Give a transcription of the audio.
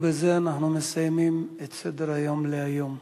ובזה אנחנו מסיימים את סדר-היום להיום.